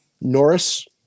Norris